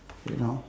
you know